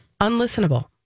unlistenable